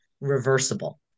reversible